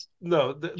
no